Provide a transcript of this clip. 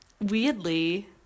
weirdly